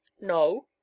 No